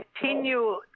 Continue